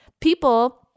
People